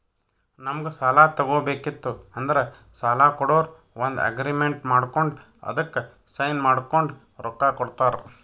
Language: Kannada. ನಮ್ಗ್ ಸಾಲ ತಗೋಬೇಕಿತ್ತು ಅಂದ್ರ ಸಾಲ ಕೊಡೋರು ಒಂದ್ ಅಗ್ರಿಮೆಂಟ್ ಮಾಡ್ಕೊಂಡ್ ಅದಕ್ಕ್ ಸೈನ್ ಮಾಡ್ಕೊಂಡ್ ರೊಕ್ಕಾ ಕೊಡ್ತಾರ